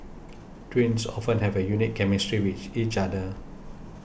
twins often have a unique chemistry with each other